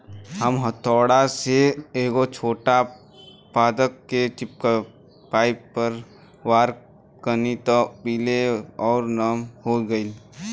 हम हथौड़ा से एगो छोट पादप के चिपचिपी पॉइंट पर वार कैनी त उ पीले आउर नम हो गईल